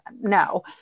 no